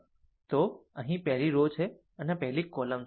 તો આ પહેલી રો છે અને આ પહેલી કોલમ છે